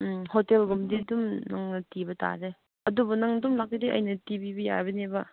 ꯎꯝ ꯍꯣꯇꯦꯜꯒꯨꯝꯕꯗꯤ ꯑꯗꯨꯝ ꯅꯪꯅ ꯊꯤꯕ ꯇꯥꯔꯦ ꯑꯗꯨꯕꯨ ꯅꯪ ꯑꯗꯨꯝ ꯂꯥꯛꯂꯗꯤ ꯑꯩꯅ ꯊꯤꯕꯤꯕ ꯌꯥꯕꯅꯦꯕ